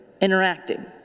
interacting